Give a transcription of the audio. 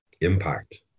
Impact